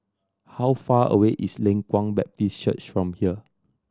how far away is Leng Kwang Baptist Church from here